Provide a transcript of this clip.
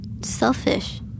Selfish